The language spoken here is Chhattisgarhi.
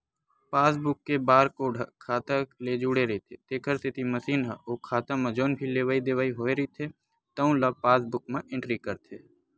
पासबूक के बारकोड ह खाता ले जुड़े रहिथे तेखर सेती मसीन ह ओ खाता म जउन भी लेवइ देवइ होए रहिथे तउन ल पासबूक म एंटरी करथे